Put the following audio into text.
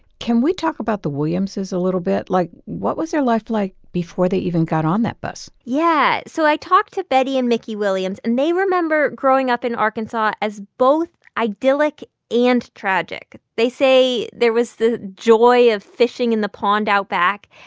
can we talk about the williamses a little bit? like, what was their life like before they even got on that bus? yeah. so i talked to betty and mickey williams, and they remember growing up in arkansas as both idyllic and tragic. they say there was the joy of fishing in the pond out back,